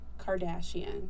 Kardashian